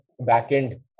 backend